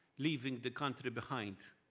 leaving the country behind,